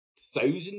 Thousand